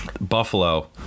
Buffalo